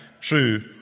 true